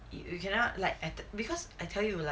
if you cannot like act because I tell you like